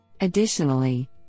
Additionally